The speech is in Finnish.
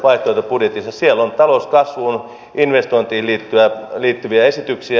siellä on talouskasvuun investointiin liittyviä esityksiä